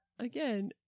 Again